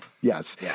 Yes